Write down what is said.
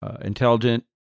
intelligent